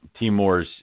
Timors